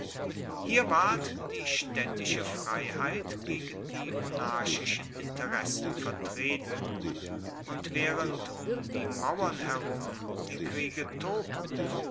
hier ward die staedtische freiheit gegen die monarchischen interessen vertreten und waehrend um die mauern herum die kriege tobten